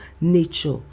nature